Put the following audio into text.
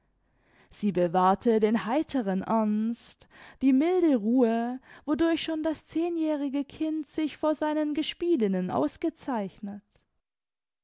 sie bewahrte den heiteren ernst die milde ruhe wodurch schon das zehnjährige kind sich vor seinen gespielinnen ausgezeichnet